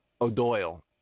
O'Doyle